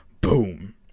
boom